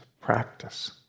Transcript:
practice